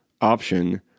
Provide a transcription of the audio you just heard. option